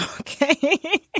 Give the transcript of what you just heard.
Okay